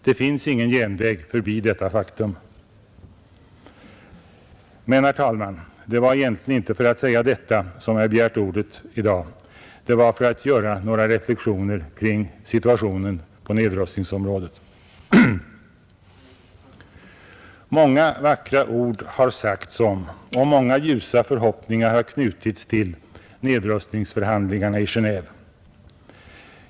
Det finns ingen genväg förbi detta faktum. Men, herr talman, det var egentligen inte för att säga detta som jag begärt ordet i dag, utan det var för att göra några reflexioner kring situationen på nedrustningsområdet. Många vackra ord har sagts om och många ljusa förhoppningar har knutits till nedrustningsförhandlingarna i Genéve.